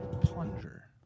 Plunger